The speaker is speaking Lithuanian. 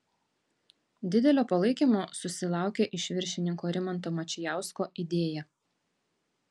didelio palaikymo susilaukė iš viršininko rimanto mačijausko idėja